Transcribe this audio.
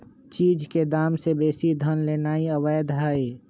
चीज के दाम से बेशी धन लेनाइ अवैध हई